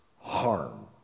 harm